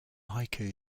haiku